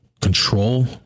control